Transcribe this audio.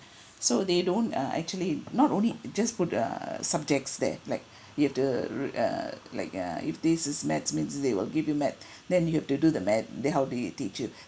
so they don't uh actually not only just put the subjects there like you have to read uh like uh if this is maths means they will give you math then you have to do the math they help you teach you